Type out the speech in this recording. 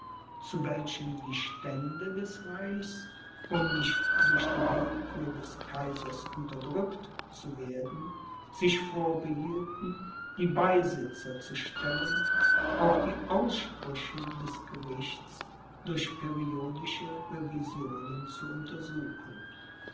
zu welchem die stände des reichs um nicht durch die willkür des kaisers unterdrückt zu werden sich vorbehielten die beisitzer zu stellen auch die aussprüche des gerichts durch periodische revisionen zu untersuchen